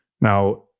Now